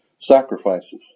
Sacrifices